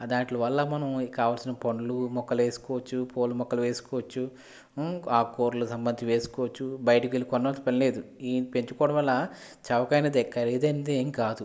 దాంట్లో వల్ల మనం కావలసిన పండ్లు మొక్కలు వేసుకోవచ్చు పూల మొక్కలు వేసుకోవచ్చు ఆకు కూరలు సంబంధించి వేసుకోవచ్చు బయటకు వెళ్ళి కొనవలసిన పని లేదు ఇవి పెంచుకోవడం వల్ల చవకైనది ఖరీదైనది ఏమి కాదు